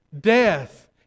death